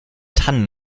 tannen